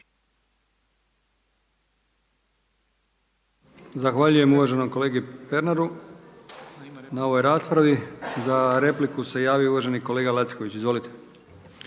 Zahvaljujem uvaženom kolegi Pernaru na ovoj raspravi. Za repliku se javio uvaženi kolega Lacković. Izvolite.